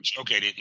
Okay